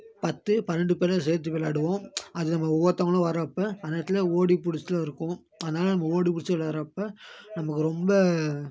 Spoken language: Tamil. பத்து பன்னெண்டு பேரையும் சேர்த்து விளையாடுவோம் அது நம்ம ஒவ்வொருத்தவங்களும் வர்றப்போ அந்த இடத்துல ஓடி பிடிச்சிட்லாம் இருக்கும் அதனால் நம்ம ஓடி பிடிச்சி விளையாட்றப்போ நமக்கு ரொம்ப